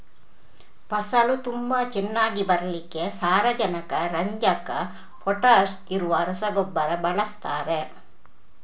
ಫಸಲು ತುಂಬಾ ಚೆನ್ನಾಗಿ ಬರ್ಲಿಕ್ಕೆ ಸಾರಜನಕ, ರಂಜಕ, ಪೊಟಾಷ್ ಇರುವ ರಸಗೊಬ್ಬರ ಬಳಸ್ತಾರೆ